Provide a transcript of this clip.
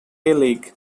league